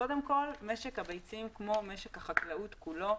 קודם כל, משק הביצים כמו משק החקלאות כולו,